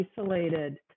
isolated